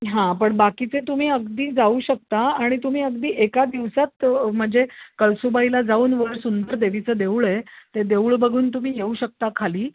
हां पण बाकीचे तुम्ही अगदी जाऊ शकता आणि तुम्ही अगदी एका दिवसात म्हणजे कळसूबाईला जाऊन वर सुंदर देवीचं देऊळ आहे ते देऊळ बघून तुम्ही येऊ शकता खाली